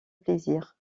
plaisir